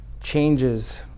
changes